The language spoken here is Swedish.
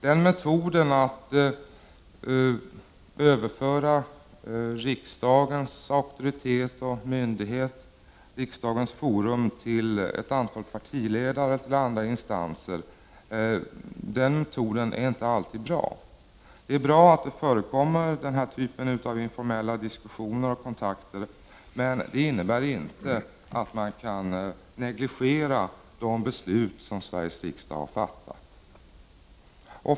Den metoden, att överföra riksdagens auktoritet och myndighet, riksdagens forum, till ett antal partiledare eller andra instanser, är inte alltid bra. Det är bra att den här typen av informella diskussioner och kontakter förekommer. Men det innebär inte att man kan negligera de beslut som Sveriges riksdag har fattat.